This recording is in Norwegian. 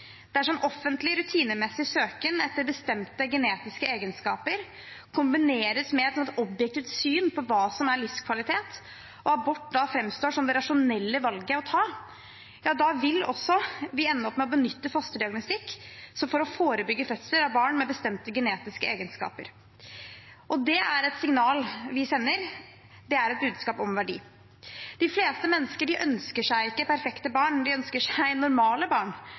Dersom offentlig rutinemessig søken etter bestemte genetiske egenskaper kombineres med et «objektivt» syn på hva som er livskvalitet, og abort da framstår som det rasjonelle valget å ta, vil vi også ende med å benytte fosterdiagnostikk for å forebygge fødsler av barn med bestemte genetiske egenskaper. Det er et signal vi sender – det er et budskap om verdi. De fleste mennesker ønsker seg ikke perfekte barn, de ønsker seg normale barn.